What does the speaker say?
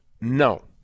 No